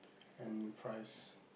and fries